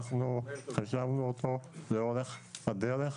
אנחנו חישבנו אותו לאורך הדרך